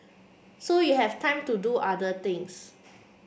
so you have time to do other things